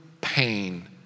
pain